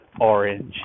orange